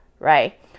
right